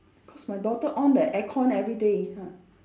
cause my daughter on the aircon everyday ha